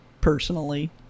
personally